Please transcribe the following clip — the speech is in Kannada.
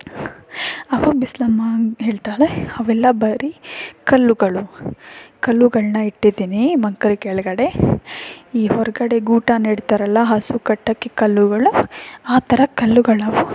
ಆವಾಗ ಬಿಸ್ಲಮ್ಮ ಹೇಳ್ತಾಳೆ ಅವೆಲ್ಲ ಬರೀ ಕಲ್ಲುಗಳು ಕಲ್ಲುಗಳನ್ನ ಇಟ್ಟಿದ್ದೀನಿ ಮಂಕರಿ ಕೆಳಗಡೆ ಈ ಹೊರಗಡೆ ಗೂಟ ನೆಡ್ತಾರಲ್ಲ ಹಸು ಕಟ್ಟೋಕ್ಕೆ ಕಲ್ಲುಗಳು ಆ ಥರ ಕಲ್ಲುಗಳವು